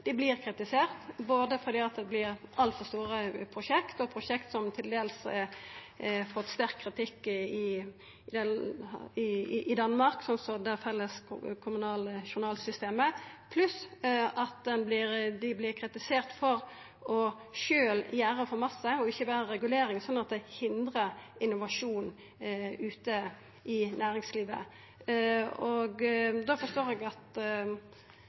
dei vert kritiserte fordi det vert altfor store prosjekt, og prosjekt som til dels har fått sterk kritikk i Danmark, som det felles kommunale journalsystemet, pluss at dei vert kritiserte for sjølve å gjera for mykje og ikkje berre regulera, sånn at det hindrar innovasjon ute i næringslivet. Eg forstår at helseministeren er ansvarleg for e-helsedirektoratet. Kva meiner statsråden om denne kritikken mot e-helsedirektoratet, og